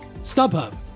StubHub